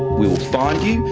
will find you,